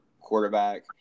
quarterback